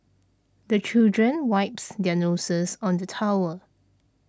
the children wipes their noses on the towel